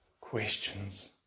questions